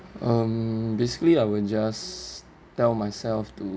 um basically I will just tell myself to